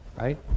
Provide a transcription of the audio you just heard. Right